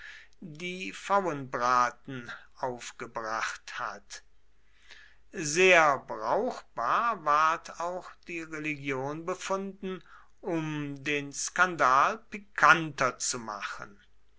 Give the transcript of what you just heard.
die pfauenbraten aufgebracht hat sehr brauchbar ward auch die religion befunden um den skandal pikanter zu machen